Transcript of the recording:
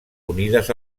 unides